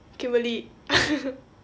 kimberly